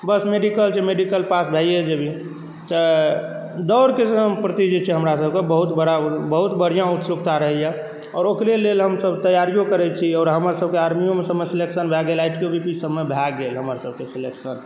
बस medical छै medical pass भैए जेबही तऽ दौड़केँ प्रति जे छै हमरासभकेँ बहुत बड़ा बहुत बढ़िआँ उत्सुकता रहैए आओर ओकरे लेल हमसभ तैआरियो करैत छी आओर हमरसभकेँ आर्मीयोमे सभके सिलेक्शन भए गेल आइ टी यो बी पी सभमे भए गेल हमरसभकेँ सिलेक्शन